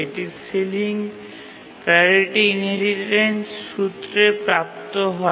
এটি ceiling priority inheritance সূত্রে প্রাপ্ত হয়